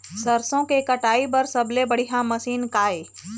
सरसों के कटाई बर सबले बढ़िया मशीन का ये?